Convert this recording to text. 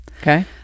Okay